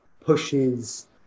pushes